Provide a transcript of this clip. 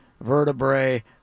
Vertebrae